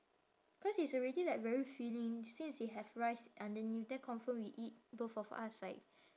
cause it's already like very filling since it have rice underneath then confirm we eat both of us like